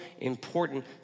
important